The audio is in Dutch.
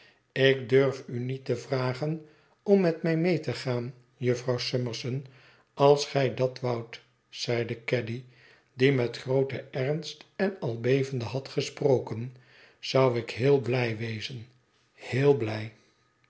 ik durf u niet vragen om met mij mee te gaan jufvrouw summerson als gij dat doen woudt zeide caddy die met grooten ernst en al bevende had gesproken zou ik heel blij wezen heel blij